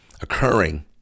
occurring